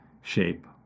shape